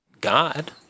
God